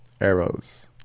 arrows